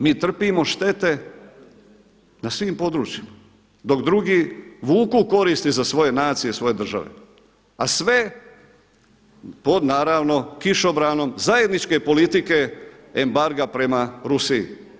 Mi trpimo štete na svim područjima dok drugi vuku koristi za svoje nacije, za svoje države a sve pod naravno kišobranom zajedničke politike embarga prema Rusiji.